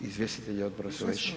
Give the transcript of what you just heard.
Izvjestitelji odbora su već…